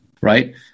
right